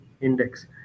index